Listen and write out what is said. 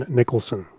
Nicholson